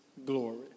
glory